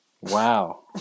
Wow